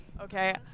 Okay